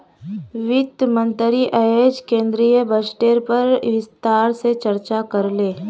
वित्त मंत्री अयेज केंद्रीय बजटेर पर विस्तार से चर्चा करले